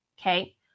okay